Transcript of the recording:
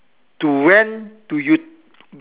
to when do you